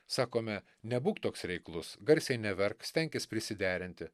sakome nebūk toks reiklus garsiai neverk stenkis prisiderinti